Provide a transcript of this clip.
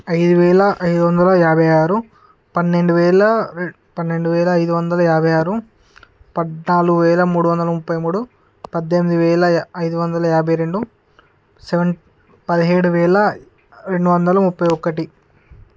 ఐదు వేల ఐదు వందల యాభై ఆరు పన్నెండు వేల రె పన్నెండు వేల ఐదు వందల యాభై ఆరు పద్నాలుగు వేల మూడు వందల ముప్పై మూడు పద్దెనిమిది వేల య ఐదు వందల యాభై రెండు సెవెన్ పదిహేడు వేల రెండు వందల ముప్పై ఒకటి